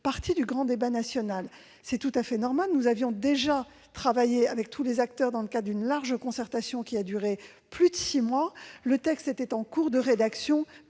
lors du grand débat national. C'est tout à fait normal. Nous avions déjà travaillé avec tous les acteurs dans le cadre d'une large concertation qui a duré plus de six mois. Le texte était en cours de rédaction